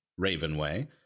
Ravenway